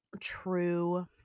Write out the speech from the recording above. true